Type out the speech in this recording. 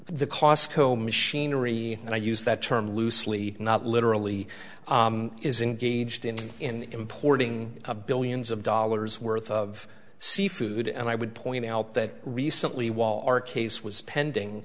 the costco machinery and i use that term loosely not literally is engaged in in importing billions of dollars worth of seafood and i would point out that recently while our case was pending